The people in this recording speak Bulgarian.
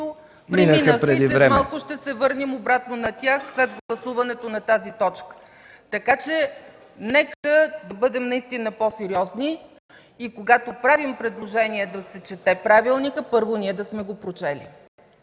преминаха и след малко ще се върнем обратно на тях след гласуването на тази точка. Нека да бъдем наистина по-сериозни и когато правим предложения да се чете правилника, първо ние да сме го прочели!